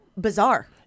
bizarre